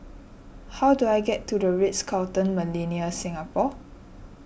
how do I get to the Ritz Carlton Millenia Singapore